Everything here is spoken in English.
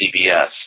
CBS